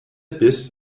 biss